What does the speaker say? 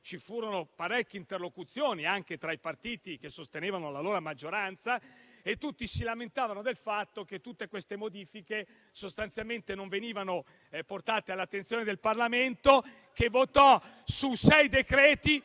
ci furono parecchie interlocuzioni, anche tra i partiti che sostenevano l'allora maggioranza, e tutti si lamentavano del fatto che tutte queste modifiche sostanzialmente non venivano portate all'attenzione del Parlamento, che di sei decreti ne